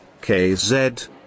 KZ